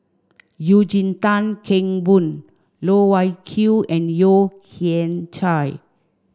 Eugene Tan Kheng Boon Loh Wai Kiew and Yeo Kian Chai